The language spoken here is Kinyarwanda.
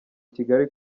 kigali